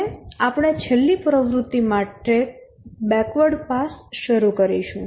અને આપણે છેલ્લી પ્રવૃત્તિ માટે બેકવર્ડ પાસ શરૂ કરીશું